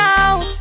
out